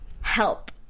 help